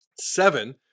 seven